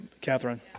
Catherine